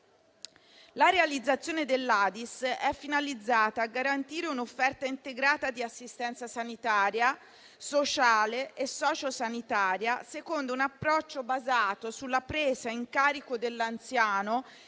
La realizzazione dell'ADISS è finalizzata a garantire un'offerta integrata di assistenza sanitaria, sociale e sociosanitaria secondo un approccio basato sulla presa in carico dell'anziano